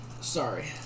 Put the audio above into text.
Sorry